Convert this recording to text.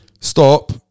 Stop